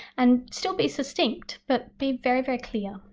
and still be succinct but be very very clear.